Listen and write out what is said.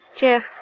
Jeff